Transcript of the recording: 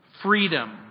freedom